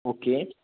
okay